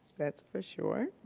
that's for sure.